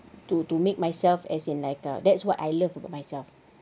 to to make myself as in like uh that's what I love about myself